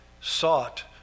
sought